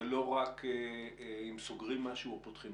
זה לא רק אם סוגרים משהו או פותחים